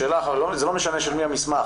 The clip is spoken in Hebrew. זה לא משנה של מי המסמך.